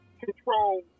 control